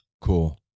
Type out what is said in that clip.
cool